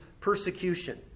persecution